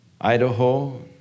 Idaho